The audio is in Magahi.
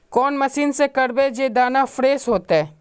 कौन मशीन से करबे जे दाना फ्रेस होते?